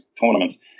tournaments